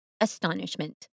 astonishment